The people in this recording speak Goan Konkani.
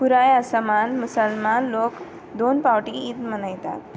पुराय आसामान मुसलमान लोक दोन पावटी ईद मनयतात